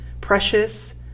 precious